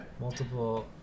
multiple